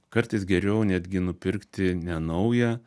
kartais geriau netgi nupirkti ne naują